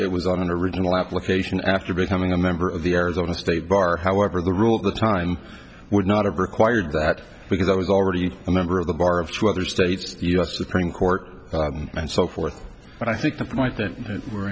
it was on an original application after becoming a member of the arizona state bar however the rule at the time were not of required that because i was already a member of the bar of two other states us supreme court and so forth but i think the point then we're